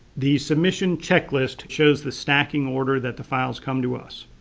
the submission checklist shows the stacking order that the files come to us.